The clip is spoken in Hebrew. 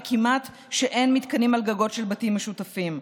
וכמעט שאין מתקנים על גגות של בתים משותפים.